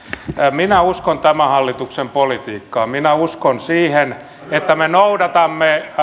minä uskon tämän hallituksen politiikkaan minä uskon siihen että me noudatamme